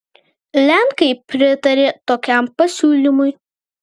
lenkai pritarė tokiam pasiūlymui